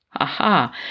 aha